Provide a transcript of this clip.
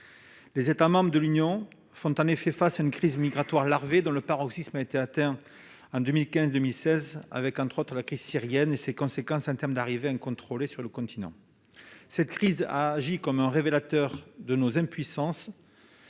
Les États membres de l'Union font en effet face à une crise migratoire larvée, dont le paroxysme a été atteint entre 2015 et 2016, avec, notamment, la crise syrienne et ses conséquences sur les arrivées incontrôlées sur le continent. Cette crise a agi comme un révélateur de nos impuissances.